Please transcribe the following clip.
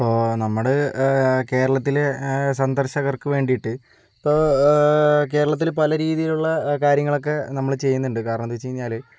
ഇപ്പോൾ നമ്മുടെ കേരളത്തിലെ സന്ദർശകർക്ക് വേണ്ടിയിട്ട് ഇപ്പോൾ കേരളത്തില് പല രീതിയിലുള്ള കാര്യങ്ങളൊക്കെ നമ്മള് ചെയ്യുന്നുണ്ട് കാരണം എന്താന്ന് വെച്ച് കഴിഞ്ഞാല്